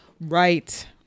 Right